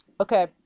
Okay